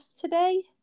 today